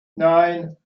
nine